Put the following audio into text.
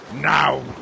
Now